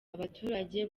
abaturage